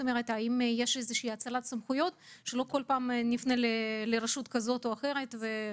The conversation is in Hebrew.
יש איזושהי האצלת סמכויות כדי שלא כל פעם נפנה לרשות כזאת או אחרת?